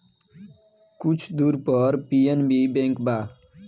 कुछ दूर पर पी.एन.बी बैंक बा